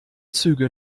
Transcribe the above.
züge